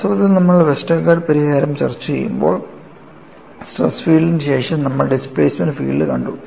വാസ്തവത്തിൽ നമ്മൾ വെസ്റ്റർഗാർഡ് പരിഹാരം ചർച്ചചെയ്യുമ്പോൾ സ്ട്രെസ് ഫീൽഡിന് ശേഷം നമ്മൾ ഡിസ്പ്ലേസ്മെൻറ് ഫീൽഡ് കണ്ടു